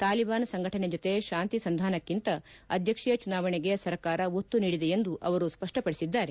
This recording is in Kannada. ತಾಲಿಬಾನ್ ಸಂಘಟನೆ ಜೊತೆ ಶಾಂತಿ ಸಂಧಾನಕ್ಕಿಂತ ಅಧ್ಯಕ್ಷೀಯ ಚುನಾವಣೆಗೆ ಸರ್ಕಾರ ಒತ್ತು ನೀಡಿದೆ ಎಂದು ಅವರು ಸ್ಪಷ್ಷಪಡಿಸಿದ್ದಾರೆ